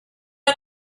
got